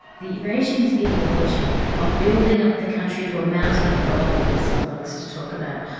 the regime's ideology of building up the country to a mountain of gold, as it likes to talk about,